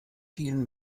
vielen